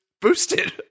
boosted